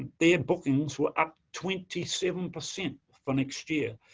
their bookings were up twenty seven percent for next year.